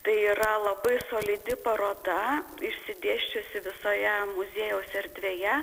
tai yra labai solidi paroda išsidėsčiusi visoje muziejaus erdvėje